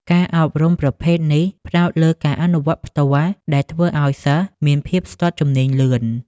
ការអប់រំប្រភេទនេះផ្ដោតលើការអនុវត្តផ្ទាល់ ដែលធ្វើឱ្យសិស្សមានភាពស្ទាត់ជំនាញលឿន។